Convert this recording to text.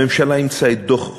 הממשלה אימצה את דוח בגין,